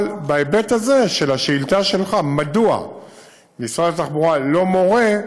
אבל בהיבט הזה של השאילתה שלך מדוע משרד התחבורה לא מורה,